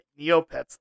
Neopets